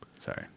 Sorry